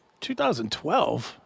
2012